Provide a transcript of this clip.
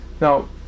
Now